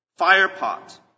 firepot